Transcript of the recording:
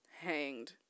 hanged